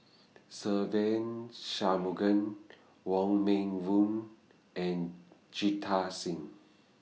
Se Ve Shanmugam Wong Meng Voon and Jita Singh